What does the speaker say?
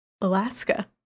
Alaska